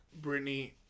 Britney